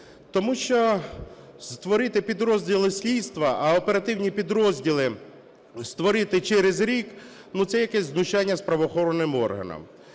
Тому що створити підрозділи слідства, а оперативні підрозділи створити через рік, ну, це якесь знущання з правоохоронних органів.